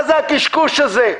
מה זה הקשקוש הזה?